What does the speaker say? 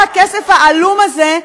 איפה הכסף העלום הזה,